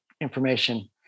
information